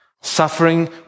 Suffering